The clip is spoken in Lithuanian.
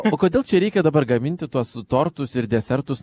o kodėl čia reikia dabar gaminti tuos tortus ir desertus